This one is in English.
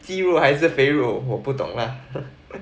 肌肉还是肥肉我不懂 lah